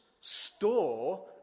store